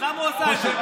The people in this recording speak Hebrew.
אז למה הוא עשה את זה?